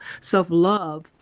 self-love